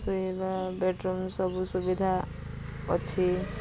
ଶୋଇବା ବେଡ୍ରୁମ୍ ସବୁ ସୁବିଧା ଅଛି